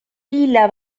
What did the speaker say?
pila